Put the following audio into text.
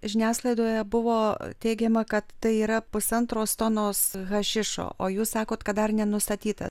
žiniasklaidoje buvo teigiama kad tai yra pusantros tonos hašišo o jūs sakot kad dar nenustatyta